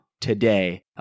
today